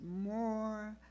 more